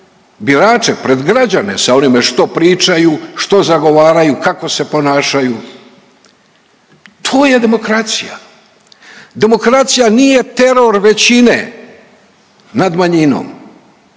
birače, pred građane sa onime što pričaju, što zagovaraju, kako se ponašaju. To je demokracija. Demokracija nije teror većine nad manjinom,